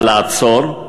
לעצור,